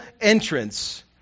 entrance